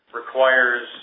requires